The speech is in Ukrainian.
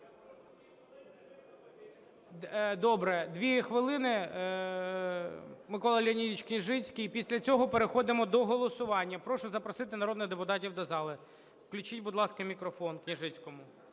Добре. Дві хвилини, Микола Леонідович Княжицький. І після цього переходимо до голосування. Прошу запросити народних депутатів до зали. Включіть, будь ласка, мікрофон Княжицькому.